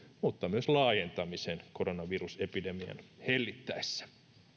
mutta myös laajentamisen koronavirusepidemian hellittäessä